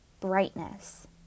brightness